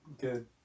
Good